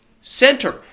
center